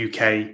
UK